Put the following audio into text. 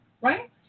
right